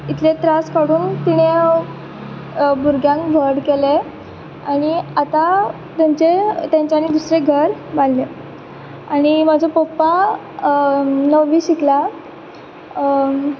इतले त्रास काडून तिण्या भुरग्यांक व्हड केलें आनी आतां म्हणजे तेंच्यानी दुसरें घर बांदलें आनी म्हाजो पप्पा णव्वी शिकला